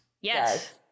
Yes